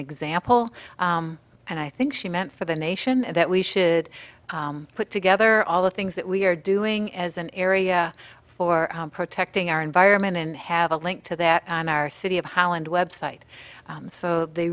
example and i think she meant for the nation and that we should put together all the things that we are doing as an area for protecting our environment and have a link to that on our city of holland website so they